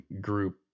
group